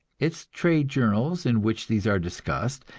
its trade journals in which these are discussed,